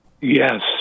Yes